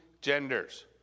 genders